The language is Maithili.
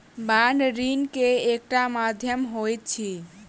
बांड ऋण के एकटा माध्यम होइत अछि